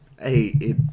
hey